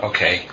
Okay